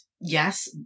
Yes